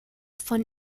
von